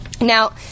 Now